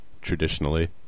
traditionally